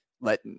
let